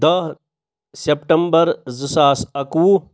دَہ سیٚپٹَمبَر زٕ ساس اَکوُہ